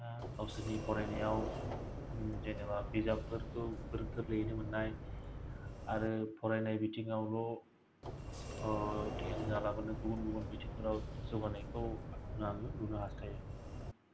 गावसोरनि फरायनायाव जेन'बा बिजाबफोरखौ गोरलैयैनो मोननाय आरो फरायनाय बिथिङावल' ध्यान होयालाबानो गुबुन गुबुन बिथिंफोराव जौगानायखौ आङो नुनो हास्थायो